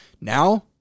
now